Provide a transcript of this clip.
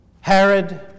Herod